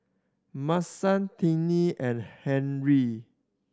Mason Tinie and Henri